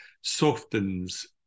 softens